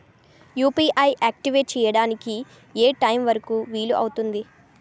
UPI activate చెయ్యడానికి ఏ time వరుకు వీలు అవుతుంది?